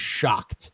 shocked